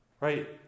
Right